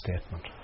statement